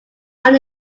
are